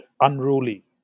unruly